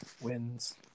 wins